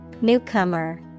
newcomer